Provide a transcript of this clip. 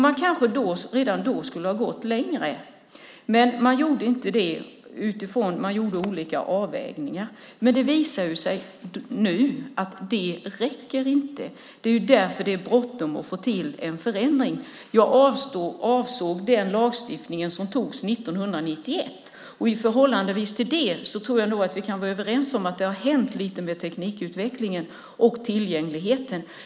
Man kanske redan då skulle ha gått längre, men man gjorde inte det utifrån att man gjorde olika avvägningar. Men det visar sig nu att det inte räcker. Det är ju därför det är bråttom att få till en förändring. Jag avsåg den lagstiftning som antogs 1991, och i förhållande till den tror jag nog att vi kan vara överens om att det har hänt lite med teknikutvecklingen och tillgängligheten.